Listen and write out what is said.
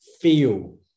feel